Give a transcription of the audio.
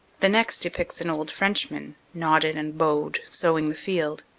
the next depicts an old frenchman, knotted and bowed, sowing the field.